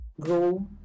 grow